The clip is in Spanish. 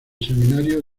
seminario